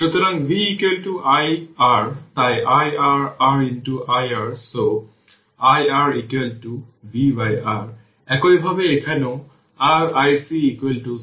সুতরাং v iR তাই iR r iR তাই iR vR একইভাবে এখানেও r iC C dv dt